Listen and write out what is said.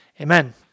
Amen